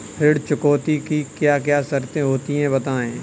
ऋण चुकौती की क्या क्या शर्तें होती हैं बताएँ?